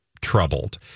troubled